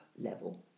level